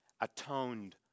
atoned